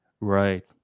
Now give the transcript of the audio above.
Right